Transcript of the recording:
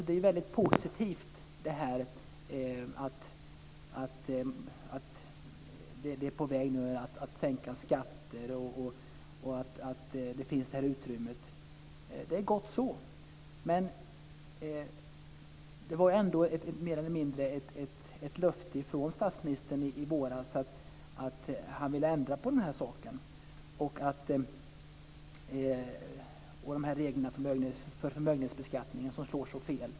Det är väldigt positivt att man är på väg att sänka skatter och att det finns ett utrymme för det. Det är gott så. Men det var ändå mer eller mindre ett löfte från statsministern i våras att han ville ändra på dessa regler för förmögenhetsbeskattningen som slår så fel.